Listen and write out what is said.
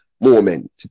moment